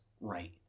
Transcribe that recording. right